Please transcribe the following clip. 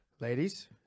Ladies